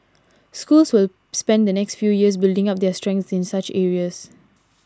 schools will spend the next few years building up their strengths in such areas